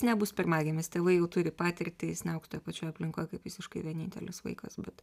nebus pirmagimis tėvai jau turi patirtį jis neaugs toj pačioj aplinkoj kaip visiškai vienintelis vaikas bet